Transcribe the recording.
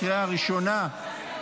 לקריאה הראשונה.